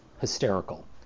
hysterical